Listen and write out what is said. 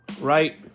Right